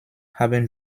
haben